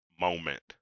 moment